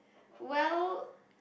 well